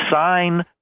sign